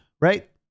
right